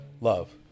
Love